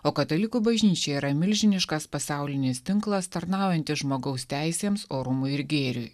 o katalikų bažnyčia yra milžiniškas pasaulinis tinklas tarnaujantis žmogaus teisėms orumui ir gėriui